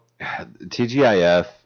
TGIF